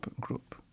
group